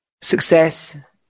success